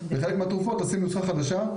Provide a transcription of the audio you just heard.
לחלק מהתרופות תשים נוסחה חדשה,